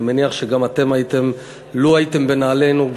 אני מניח שלו הייתם בנעלינו,